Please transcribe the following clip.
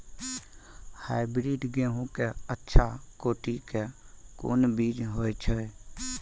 Hybrid गेहूं के अच्छा कोटि के कोन बीज होय छै?